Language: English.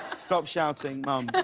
stop shouting, mom.